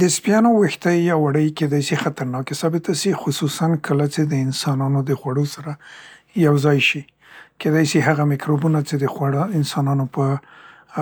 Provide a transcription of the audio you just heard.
د سپیانو ويښته یا وړۍ کیدای سي خطرناکې ثابته سي، خصوصاُ کله چې د انسانانو د خوړو سره یو ځای شي. کیدای سي هغه میکروبونه څې د خوړه انسانانو ا